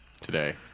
today